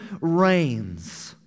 reigns